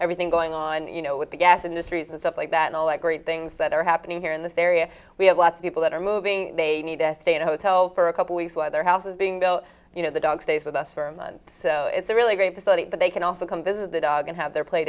everything going on you know with the gas industries and stuff like that all the great things that are happening here in this area we have a lot of people that are moving they need to stay in a hotel for a couple weeks while their house is being go you know the dog days with us for a month so it's a really great facility that they can also come visit the dog and have their play